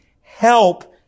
help